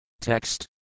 Text